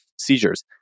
seizures